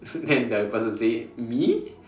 then the person say me